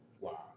Wow